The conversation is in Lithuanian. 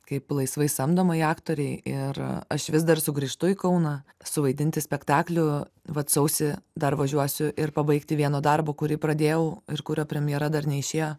kaip laisvai samdomai aktorei ir aš vis dar sugrįžtu į kauną suvaidinti spektaklių vat sausį dar važiuosiu ir pabaigti vieno darbo kurį pradėjau ir kurio premjera dar neišėjo